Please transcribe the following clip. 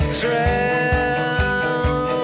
trail